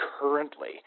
currently